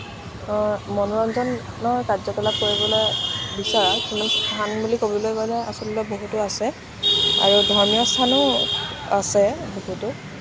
মনোৰঞ্জনৰ কাৰ্য কলাপ কৰিবলৈ বিচৰা কোনো স্থান বুলি ক'বলৈ গ'লে আচলতে বহুতো আছে আৰু ধৰ্মীয় স্থানো আছে বহুতো